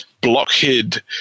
blockhead